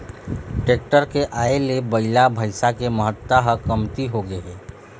tractor के आए ले बइला, भइसा के महत्ता ह कमती होगे हे